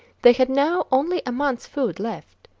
they had now only a month's food left.